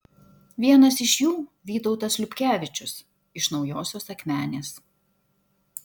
vienas iš jų vytautas liubkevičius iš naujosios akmenės